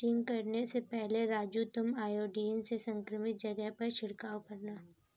crutching करने से पहले राजू तुम आयोडीन से संक्रमित जगह पर छिड़काव करना